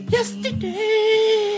Yesterday